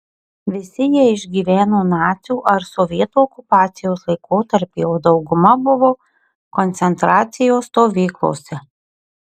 visi jie išgyveno nacių ar sovietų okupacijos laikotarpį o dauguma buvo koncentracijos stovyklose